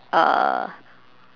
uh